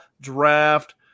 Draft